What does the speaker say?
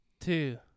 two